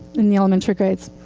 in the elementary grades.